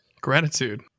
Gratitude